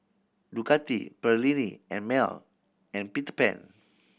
Ducati Perllini and Mel and Peter Pan